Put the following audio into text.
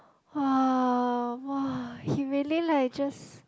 !wah! !wah! he really like just